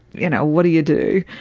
you know, what do you do?